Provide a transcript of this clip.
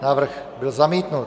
Návrh byl zamítnut.